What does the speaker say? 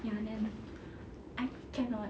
ya then I cannot